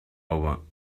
over